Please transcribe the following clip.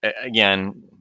again